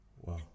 Wow